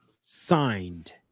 signed